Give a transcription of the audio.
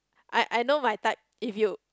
I I know my type if you